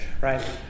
Right